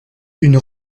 une